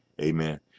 amen